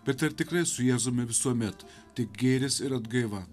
bet ar tikrai su jėzumi visuomet tik gėris ir atgaiva